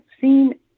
seen